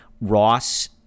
ross